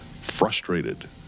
frustrated